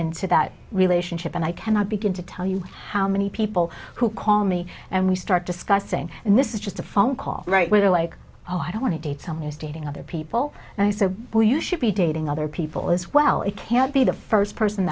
into that relationship and i cannot begin to tell you how many people who call me and we start discussing and this is just a phone call right where they're like oh i don't want to date someone who's dating other people and i said well you should be dating other people as well it can't be the first person